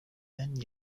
and